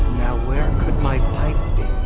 where could my pipe